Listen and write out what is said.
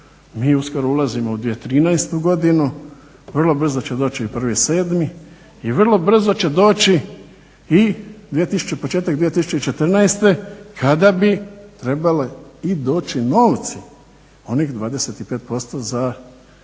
Mi uskoro ulazimo u 2013. godinu. Vrlo brzo će doći i 1.7. i vrlo brzo će doći i početak 2014. kada bi trebali i doći novci, onih 25% za 2013.